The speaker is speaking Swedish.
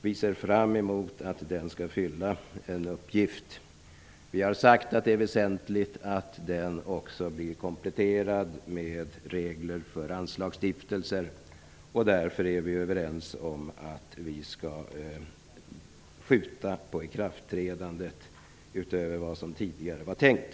Vi ser fram emot att den skall fylla en uppgift. Det är väsentligt att den kompletteras med regler för anslagsstiftelser, och därför är vi överens om att skjuta på ikraftträdandet i förhållande till vad som tidigare var tänkt.